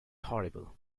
horrible